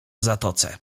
zatoce